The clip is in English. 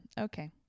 okay